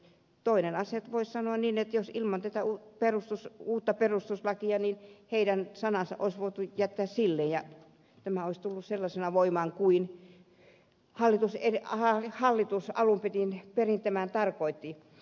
toinen asia on voisi sanoa niin että ilman uutta perustuslakia heidän sanansa olisi voitu jättää silleen ja tämä olisi tullut sellaisena voimaan kuin hallitus alun perin tarkoitti